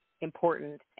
important